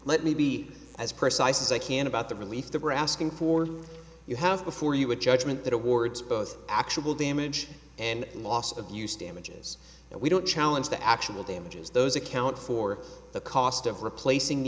let me be as precise as i can about the relief that we're asking for you have before you a judgment that awards both actual damage and loss of use damages and we don't challenge the actual damages those account for the cost of replacing